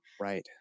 Right